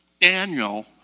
Daniel